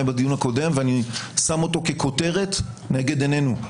בדיון הקודם ואני שם אותו ככותרת נגד עינינו.